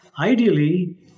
Ideally